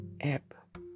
app